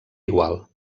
igual